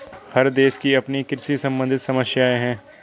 हर देश की अपनी कृषि सम्बंधित समस्याएं हैं